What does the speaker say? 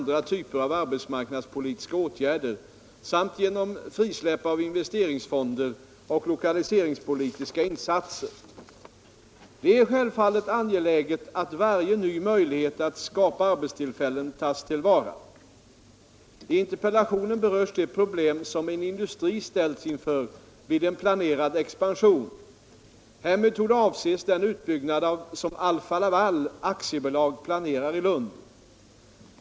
Det är självfallet angeläget att varje ny möjlighet att skapa arbetstillfällen tas till vara. I interpellationen berörs de problem som en industri ställts inför vid en planerad expansion. Härmed torde avses den utbygg 125 nad som Alfa-Laval AB planerar i Lund.